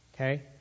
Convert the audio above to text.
Okay